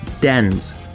Dens